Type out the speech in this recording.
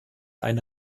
eine